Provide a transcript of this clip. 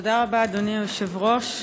תודה רבה, אדוני היושב-ראש.